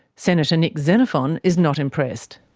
senator nick xenophon is not impressed.